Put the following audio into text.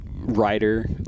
writer